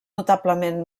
notablement